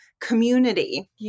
community